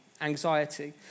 anxiety